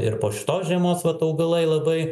ir po šitos žiemos vat augalai labai